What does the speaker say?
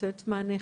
נותן מענה חירומי,